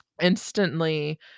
instantly